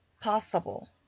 possible